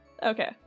Okay